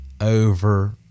over